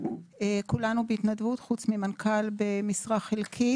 כולנו בהתנדבות חוץ ממנכ"ל במשרה חלקית,